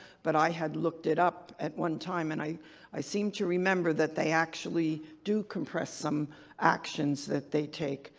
but i had looked it up at one time and i i seem to remember that they actually do compress some actions that they take.